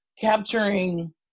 capturing